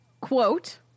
Quote